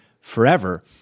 forever